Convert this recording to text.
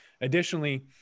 Additionally